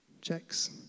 checks